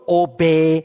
obey